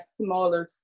smaller